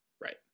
Right